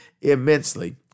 immensely